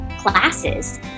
classes